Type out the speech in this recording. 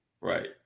Right